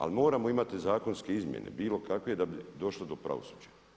Ali moramo imati zakonske izmjene bilo kakve da bi došlo do pravosuđa.